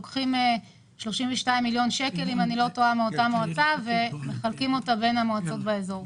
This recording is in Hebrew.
לוקחים 32 מיליוני שקלים מאותה המועצה ומחלקים בין המועצות באזור.